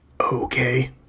Okay